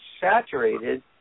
saturated